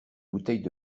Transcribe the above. bouteilles